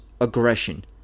aggression